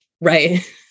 right